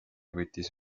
võttis